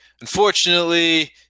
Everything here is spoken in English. unfortunately